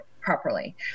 properly